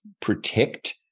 protect